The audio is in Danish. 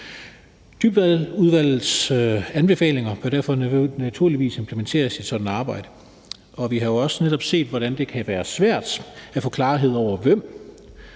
Dybvadudvalgets anbefalinger bør derfor naturligvis implementeres i sådan et arbejde, og vi har jo også netop set, hvordan det kan være svært at få klarhed over hvem,